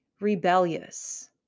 rebellious